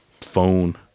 phone